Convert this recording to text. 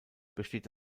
besteht